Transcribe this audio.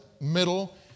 middle